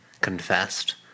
confessed